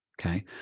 okay